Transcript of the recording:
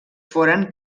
foren